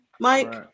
Mike